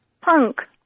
Punk